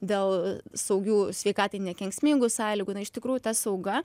dėl saugių sveikatai nekenksmingų sąlygų na iš tikrųjų ta sauga